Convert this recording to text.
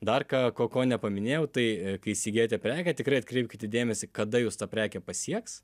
dar ką ko ko nepaminėjau tai kai įsigyjate prekę tikrai atkreipkite dėmesį kada jus ta prekė pasieks